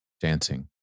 dancing